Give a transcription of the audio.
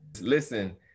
Listen